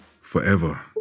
Forever